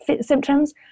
symptoms